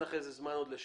אני אתן אחר כך זמן לשאלות